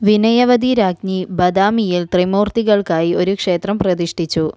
വിനയവതി രാജ്ഞി ബദാമിയിൽ ത്രിമൂർത്തികൾക്കായി ഒരു ക്ഷേത്രം പ്രതിഷ്ഠിച്ചു